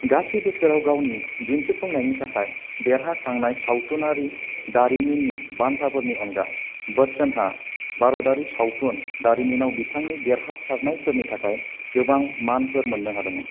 गासै बोसोराव गावनि दिन्थिफुंनायनि थाखाय देरहाखांनाय सावथुनारि दारिमिन्नि बान्थाफोरनि अनगा बच्चनहा भारतारि सावथुन दारिमिनाव बिथांनि देरहासारनायफोरनि थाखाय गोबां मानफोर मोन्नो हादोंमोन